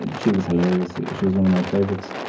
and she was hilarious. she was one of my favorites.